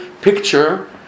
picture